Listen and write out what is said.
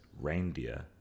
reindeer